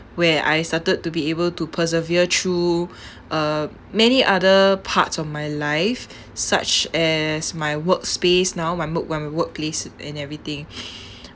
where I started to be able to persevere through uh many other parts of my life such as my workspace now my mood when I'm at my workplace and everything